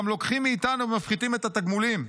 גם לוקחים מאיתנו ומפחיתים את התגמולים.